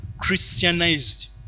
Christianized